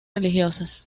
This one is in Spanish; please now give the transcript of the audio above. religiosas